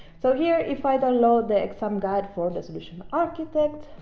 so here if i download the exam guide for this solution architect,